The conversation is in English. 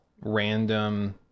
random